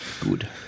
Good